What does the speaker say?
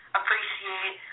appreciate